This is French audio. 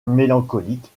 mélancolique